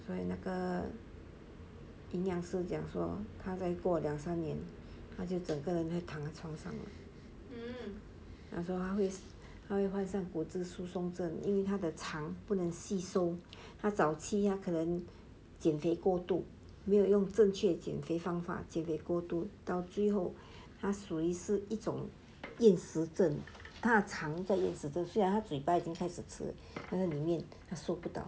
所以那个营养素讲说他再过两三年他就整个就躺在床上有时候他会患上骨质疏松症因为他的肠不能吸收他早期他可能减肥过度没有用正确的减肥方法减肥过度到最后他属于是一种厌食症他的肠在饮食虽然他的嘴巴已经开始吃但是里面他收不到